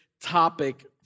topic